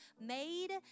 made